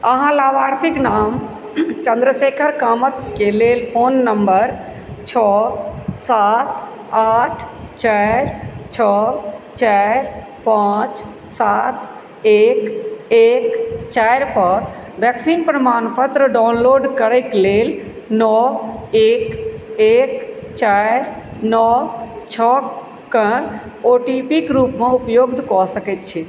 अहाँ लाभार्थीके नाम चन्द्रशेखर कामतके लेल फोन नम्बर छओ सात आठ चारि छओ चारि पाँच सात एक एक चारि पर वैक्सीन प्रमाणपत्र डाउनलोड करयक लेल नओ एक एक चारि नओ छओ कऽ ओ टी पी क रूपमे उपयोग कऽ सकैत छी